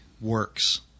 works